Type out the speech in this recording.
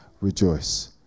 rejoice